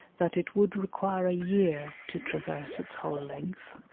that it would require a year to traverse its whole length,